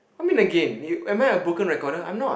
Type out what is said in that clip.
I mean again you am I a broken recorder I'm not